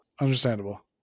Understandable